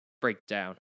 Breakdown